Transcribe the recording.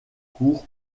cour